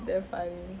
damn funny